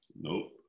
Nope